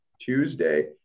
Tuesday